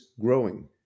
growing